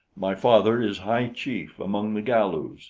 my father is high chief among the galus.